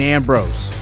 Ambrose